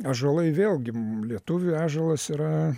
ąžuolai vėlgi mum lietuviui ąžuolas yra